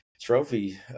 Trophy